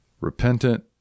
repentant